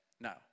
no